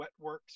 Wetworks